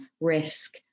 risk